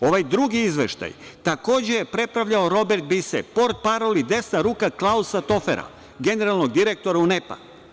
Ovaj drugi izveštaj takođe je prepravljao Robert Bise, potparol i desna ruka Klausa Tofera, generalnog direktora UNEP-a.